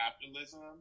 capitalism